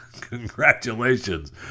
congratulations